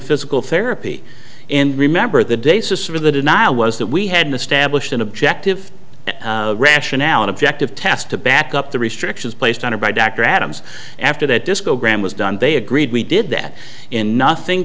physical therapy and remember the days to sort of the denial was that we had an established an objective rationale an objective test to back up the restrictions placed on her by dr adams after that disco gram was done they agreed we did that in nothing